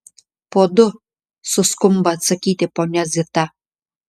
po du suskumba atsakyti ponia zita